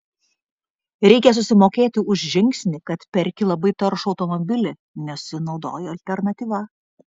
reikia susimokėti už žingsnį kad perki labai taršų automobilį nesinaudoji alternatyva